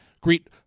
Greet